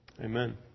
Amen